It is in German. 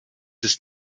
ist